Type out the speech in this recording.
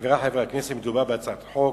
חברי חברי הכנסת, מדובר בהצעת חוק